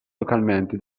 localmente